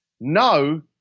no